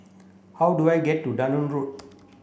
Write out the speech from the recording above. how do I get to Durham Road